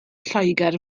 lloegr